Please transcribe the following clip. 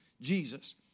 Jesus